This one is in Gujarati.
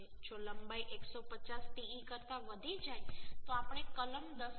જો લંબાઈ 150te કરતાં વધી જાય તો આપણે કલમ 10